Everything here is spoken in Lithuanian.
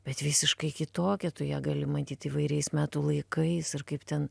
bet visiškai kitokią tu ją gali matyt įvairiais metų laikais ir kaip ten